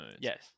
Yes